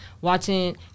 watching